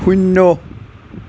শূন্য